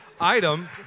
item